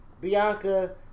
Bianca